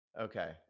okay